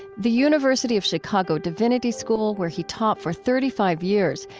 the university of chicago divinity school, where he taught for thirty five years,